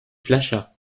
flachat